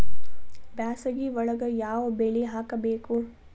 ಬ್ಯಾಸಗಿ ಒಳಗ ಯಾವ ಬೆಳಿ ಹಾಕಬೇಕು?